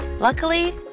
Luckily